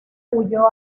huyó